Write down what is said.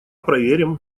проверим